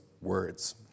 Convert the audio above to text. words